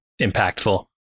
impactful